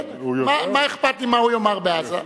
כן, מה אכפת לי מה הוא יאמר בעזה?